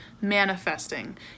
manifesting